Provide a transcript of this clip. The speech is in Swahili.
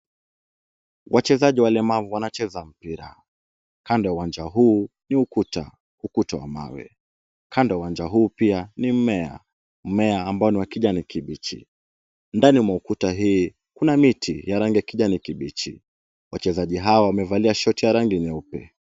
Wachezaji walemavu wanacheza mpira, kando wa uwanjaa huu ni ukuta, ukuta wa mawe. Kanda wa uwanjaa huu pia ni mimea, mmea ambao ni wa kijani kibichi. Ndani mwa ukuta hii, kuna miti ya rangi ya kijani kibichi. Wachezaji hawa wamevalia shati ya rangi nyeupe.